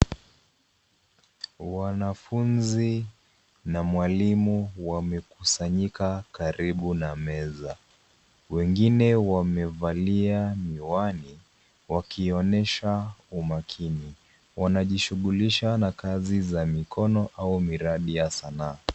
Wanafunzi na mwalimu wamekusanyika karibu na meza wengine wamevalia miwani wakionyesha umakini. Wanajishugulisha na kazi za mikono au miradi ya sanaa.